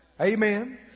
Amen